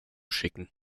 schicken